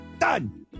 Done